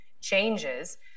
changes